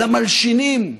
למלשינים,